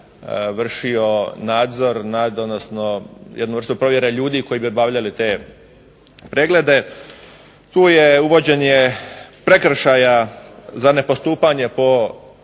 vršio nadzor odnosno jednu vrstu provjere ljudi koji bi obavljali te preglede. Tu je uvođenje prekršaja za nepostupanje po